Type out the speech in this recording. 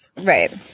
Right